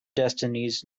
destinies